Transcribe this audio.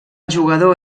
jugador